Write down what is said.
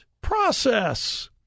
process